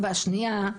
והשנייה,